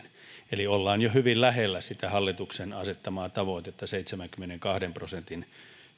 eli ollaan jo hyvin lähellä sitä hallituksen asettamaa tavoitetta seitsemänkymmenenkahden prosentin